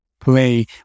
play